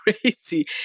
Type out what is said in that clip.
crazy